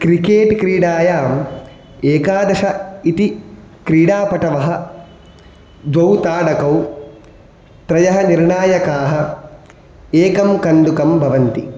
cricket क्रीडायाम् एकादश इति क्रीडापटवः द्वौ ताडकौ त्रयः निर्णायकाः एकं कन्दुकं भवन्ति